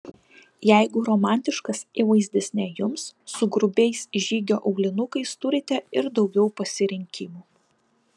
jeigu romantiškas įvaizdis ne jums su grubiais žygio aulinukais turite ir daugiau pasirinkimų